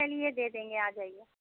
चलिए दे देंगे आ जाइये